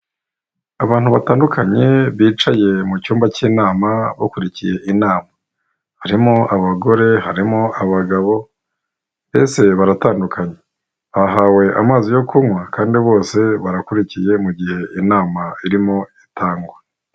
Abantu batandukanye bicaye mu cyumba cy'inama bakurikiye inama harimo abagore, harimo abagabo mbese baratandukanye, bahawe amazi yo kunywa kandi bose barakurikiye mu gihe inama irimo itangwa.